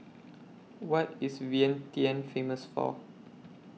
What IS Vientiane Famous For